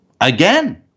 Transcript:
Again